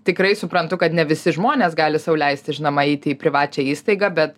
tikrai suprantu kad ne visi žmonės gali sau leisti žinoma eiti į privačią įstaigą bet